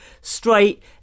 straight